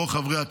או חברי הכנסת,